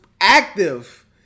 active